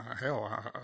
hell